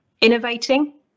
innovating